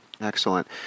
Excellent